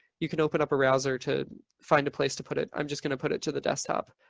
you can open up a browser to find a place to put it. i'm just going to put it to the desktop.